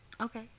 okay